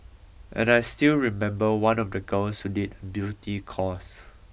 and I still remember one of the girls who did beauty course